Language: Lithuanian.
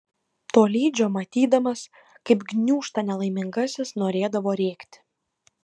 tolydžio matydamas kaip gniūžta nelaimingasis norėdavo rėkti